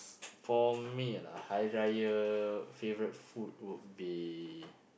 for me lah Hari Raya favourite food would be